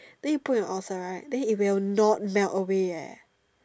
then you put on your ulcer right it will not melt away eh